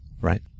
right